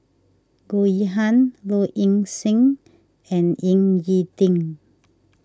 Goh Yihan Low Ing Sing and Ying E Ding